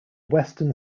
western